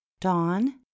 dawn